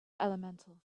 elemental